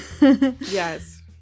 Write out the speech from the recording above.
yes